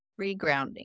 regrounding